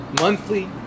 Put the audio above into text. monthly